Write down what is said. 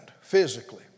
physically